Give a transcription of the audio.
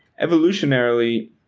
Evolutionarily